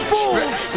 Fools